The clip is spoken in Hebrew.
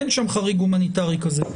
אין שם חריג הומניטרי כזה.